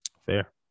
Fair